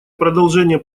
продолжения